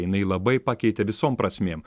jinai labai pakeitė visom prasmėm